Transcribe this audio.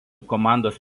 komandos